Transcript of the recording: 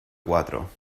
cuatro